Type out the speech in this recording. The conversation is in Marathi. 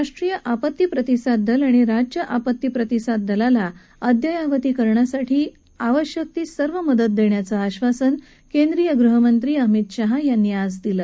राष्ट्रीय आपत्ती प्रतिसाद दल आणि राज्य आपत्ती प्रतिसाद दलाला अद्ययावतीकरणासाठी आवश्यकती सर्व मदत देण्याचं आश्वासन केंद्रीय गृहमंत्री अमित शहा यांनी आज दिलं